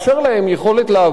כשאנשים לא עובדים,